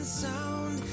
sound